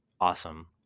awesome